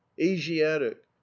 asiatic